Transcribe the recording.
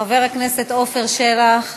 חבר הכנסת עפר שלח,